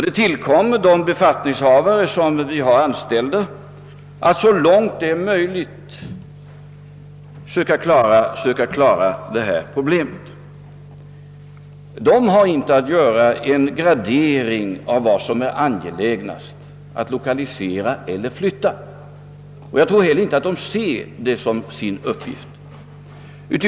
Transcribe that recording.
Det tillkommer de befattningshavare som vi har anställda att söka klara detta problem. De har inte att göra en gradering av vad som är angelägnast, att lokalisera eller att flytta, och jag tror inte heller att de ser det som sin uppgift.